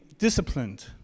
disciplined